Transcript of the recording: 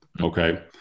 Okay